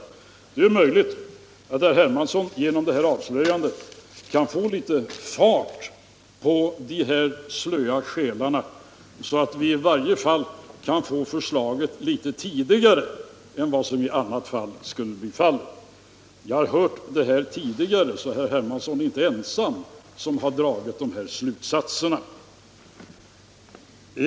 Där är naturligtvis herr Hermansson vittnesgill, och det är möjligt att han genom detta avslöjande kan få litet fart på de slöa själarna, så att vi åtminstone kan få förslaget litet tidigare än som annars skulle bli fallet. Jag har hört det här sägas tidigare, så herr Hermansson är inte ensam om att dra sådana slutsatser.